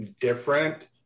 different